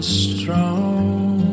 strong